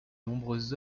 nombreuses